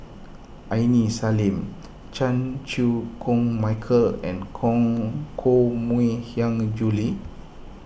Aini Salim Chan Chew Koon Michael and Koh Mui Hiang Julie